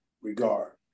regard